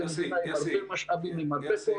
זו מדינה עם הרבה משאבים וכוח,